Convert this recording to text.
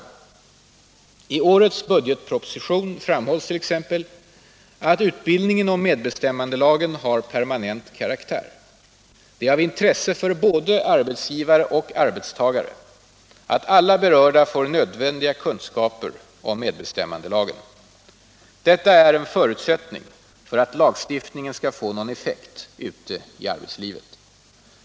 I årets budgetproposition framhålls t.ex. att utbildningen om medbestämmandelagen har permanent karaktär. Det är av intresse för både arbetsgivare och arbetstagare att alla berörda får nödvändiga kunskaper om medbestämmandelagen. Detta är en förutsättning för att lagstiftningen skall få någon effekt ute i arbetslivet.